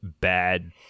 bad